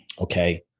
Okay